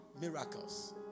miracles